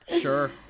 Sure